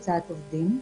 הוצאת עובדים.